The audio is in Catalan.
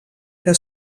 que